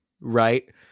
right